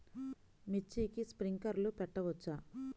మిర్చికి స్ప్రింక్లర్లు పెట్టవచ్చా?